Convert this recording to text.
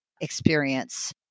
experience